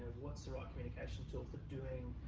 what's the right communication tool for doing